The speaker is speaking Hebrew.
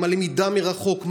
עם הלמידה מרחוק,